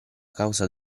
causa